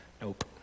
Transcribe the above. Nope